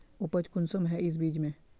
उपज कुंसम है इस बीज में?